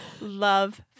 love